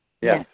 Yes